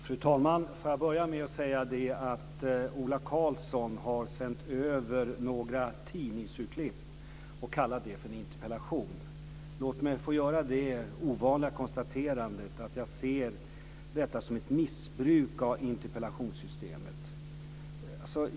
Fru talman! Får jag börja med att säga att Ola Karlsson har sänt över några tidningsurklipp och kallar det för en interpellation. Låt mig få göra det ovanliga konstaterandet att jag ser detta som ett missbruk av interpellationssystemet.